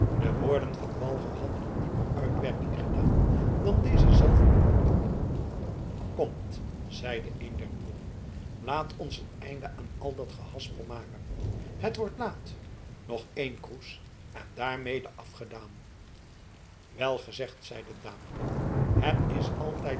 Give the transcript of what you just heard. de woorden van walger hadden een dieper uitwerking gedaan dan deze zelf vermoeden kon komt zeide een der boeren laat ons een einde aan al dat gehaspel maken het wordt laat nog één kroes en daarmede afgedaan wel gezegd zeide daamke het is altijd